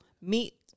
meet